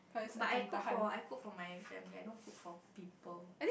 but I cook for I cook for my family I don't cook for people